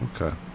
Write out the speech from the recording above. okay